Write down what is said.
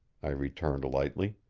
i returned lightly.